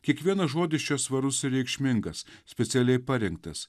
kiekvienas žodis čia svarus ir reikšmingas specialiai parinktas